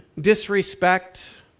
disrespect